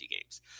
games